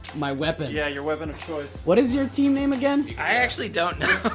my weapon. yeah, your weapon of choice. what is your team name again? i actually don't know.